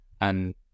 And-